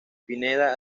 pineda